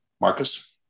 Marcus